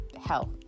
health